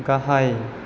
गाहाय